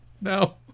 No